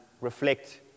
reflect